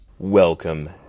Welcome